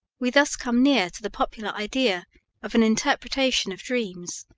we thus come near to the popular idea of an interpretation of dreams,